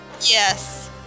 Yes